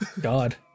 god